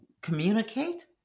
communicate